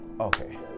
okay